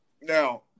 Now